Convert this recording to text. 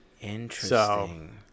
Interesting